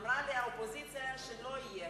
אמרה לי האופוזיציה שלא תהיה.